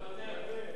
מוותר.